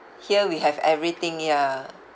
here we have everything ya